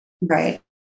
Right